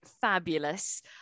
fabulous